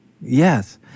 Yes